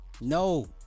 No